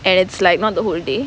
and it's like not the whole day